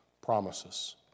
promises